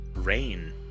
rain